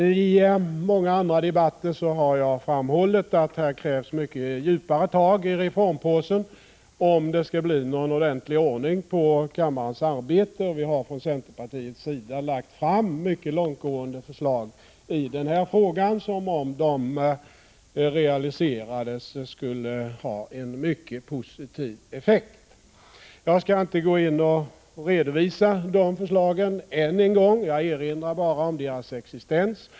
I många andra debatter har jag framhållit att det krävs mycket djupare tagi reformpåsen om det skall bli någon ordentlig ordning på kammarens arbete, och vi har från centern lagt fram mycket långtgående förslag i frågan, som — om de realiserades — skulle ha en mycket positiv effekt. Jag skall inte redovisa dessa förslag än en gång. Jag erinrar bara om deras existens.